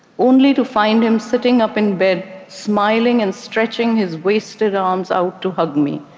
only to find him sitting up in bed, smiling and stretching his wasted arms out to hug me.